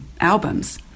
albums